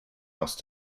else